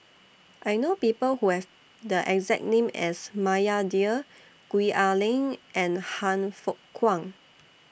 I know People Who Have The exact name as Maria Dyer Gwee Ah Leng and Han Fook Kwang